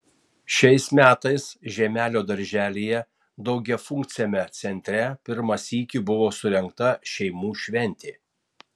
šiais metais žeimelio darželyje daugiafunkciame centre pirmą sykį buvo surengta šeimų šventė